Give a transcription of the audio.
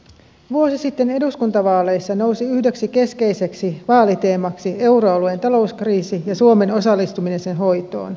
vuosi sitten eduskuntavaaleissa nousi yhdeksi keskeiseksi vaaliteemaksi euroalueen talouskriisi ja suomen osallistuminen sen hoitoon